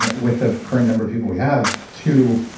and with the current number of people we have, too,